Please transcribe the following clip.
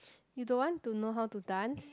you don't want to know how to dance